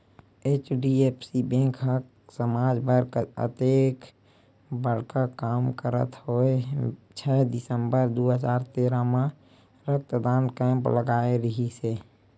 HDFC bank ह समाज बर अतेक बड़का काम करत होय छै दिसंबर दू हजार तेरा म रक्तदान कैम्प लगाय रिहिस हे